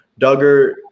duggar